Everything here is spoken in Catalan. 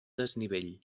desnivell